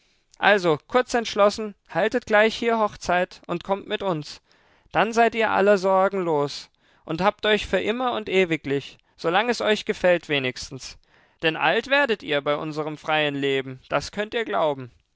also kurz entschlossen haltet gleich hier hochzeit und kommt mit uns dann seid ihr aller sorgen los und habt euch für immer und ewiglich solang es euch gefällt wenigstens denn alt werdet ihr bei unserem freien leben das könnt ihr glauben